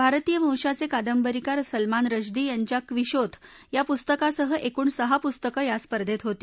भारतीय वंशाचे कादंबरीकार सलमान रश्दी यांच्या क्विशोथ या पुस्तकासह एकूण सहा पुस्तकं या स्पर्धेत होती